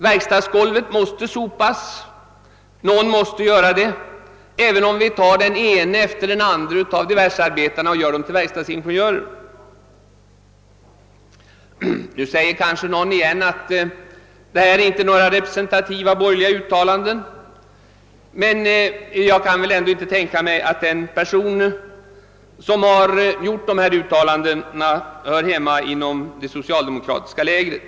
Någon måste sopa verkstadsgolvet, även om vi gör den ene efter den andre av diversearbetarna till verkstadsingenjör. Nu anmärker kanske någon, att detta inte är några representativa borgerliga uttalanden. Jag kan ändå inte tänka mig att den person som har gjort dem hör hemma i det socialdemokratiska lägret.